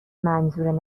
منظور